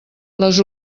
les